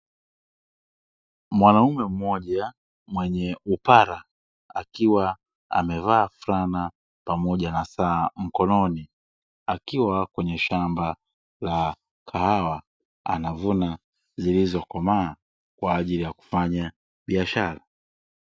Mwanaume mmoja mwenye upara, akiwa amevaa fulana pamoja na saa mkononi, akiwa kwenye shamba la kahawa anavuna zilizokomaa kwa ajili ya kufanya biashara.